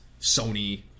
Sony